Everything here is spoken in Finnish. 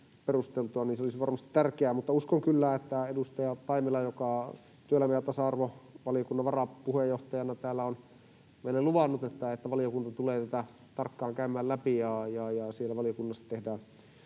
perusteltua, niin se olisi varmasti tärkeää, mutta uskon kyllä, että kun edustaja Taimela työelämä- ja tasa-arvovaliokunnan varapuheenjohtajana täällä on meille luvannut, että valiokunta tulee tätä tarkkaan käymään läpi, ja siellä valiokunnassa tehdään